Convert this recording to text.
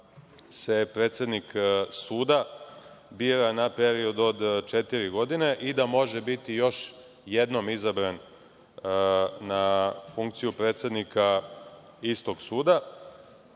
se predsednik suda bira na period od četiri godine i da može biti još jednom izabran na funkciju predsednika istog suda.